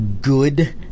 good